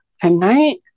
Tonight